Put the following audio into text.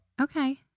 Okay